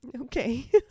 Okay